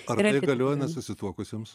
ar tai galioja nesusituokusiems